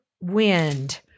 wind